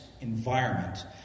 environment